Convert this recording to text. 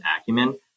acumen